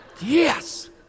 Yes